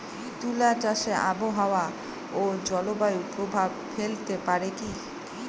তুলা চাষে আবহাওয়া ও জলবায়ু প্রভাব ফেলতে পারে কি?